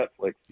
Netflix